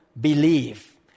believe